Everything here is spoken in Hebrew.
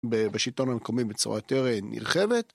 בשלטון המקומי בצורה יותר נרחבת